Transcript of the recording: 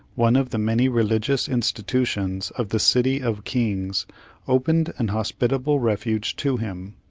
one of the many religious institutions of the city of kings opened an hospitable refuge to him,